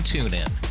TuneIn